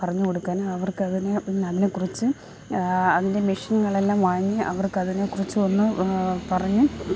പറഞ്ഞുകൊടുക്കാൻ അവർക്കതിനെ അവർക്കതിനെക്കുറിച്ച് അതിൻ്റെ മെഷിനുകളെല്ലാം വാങ്ങി അവർക്കതിനെക്കുറിച്ച് ഒന്ന് പറഞ്ഞ്